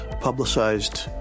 publicized